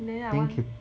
then I want